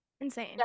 insane